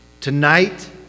Tonight